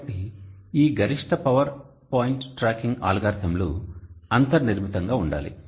కాబట్టి ఈ గరిష్ట పవర్ పాయింట్ ట్రాకింగ్ అల్గోరిథంలు అంతర్నిర్మితంగా ఉండాలి